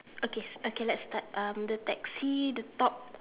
okay okay let's start um the taxi the top